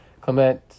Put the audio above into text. Clement